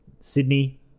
Sydney